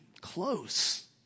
close